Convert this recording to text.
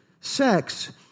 Sex